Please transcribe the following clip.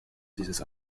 dieses